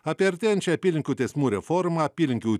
apie artėjančią apylinkių teismų reformą apylinkių